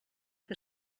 que